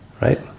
right